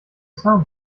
sound